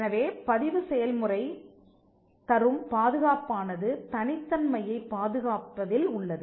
எனவே பதிவு செயல்முறை தரும் பாதுகாப்பானது தனித்தன்மையைப் பாதுகாப்பதில் உள்ளது